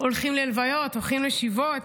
הולכים ללוויות, הולכים לשבעות,